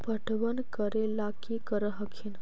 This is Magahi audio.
पटबन करे ला की कर हखिन?